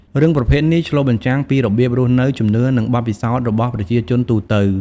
រឿងប្រភេទនេះឆ្លុះបញ្ចាំងពីរបៀបរស់នៅ ជំនឿ និងបទពិសោធន៍របស់ប្រជាជនទូទៅ ។